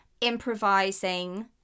improvising